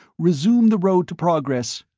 resume the road to progress.